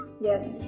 yes